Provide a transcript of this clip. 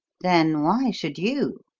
then why should you?